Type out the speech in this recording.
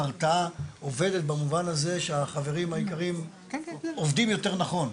ההרתעה עובדת במובן הזה שהחברים היקרים עובדים יותר נכון?